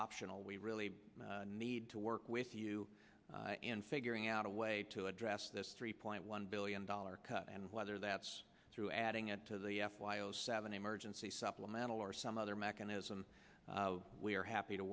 optional we really need to work with you in figuring out a way to address this three point one billion dollars cut and whether that's through adding it to the f y o seven emergency supplemental or some other mechanism we are happy to